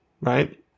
Right